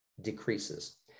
decreases